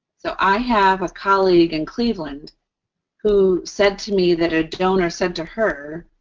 so, i have a colleague in cleveland who said to me that a donor said to her,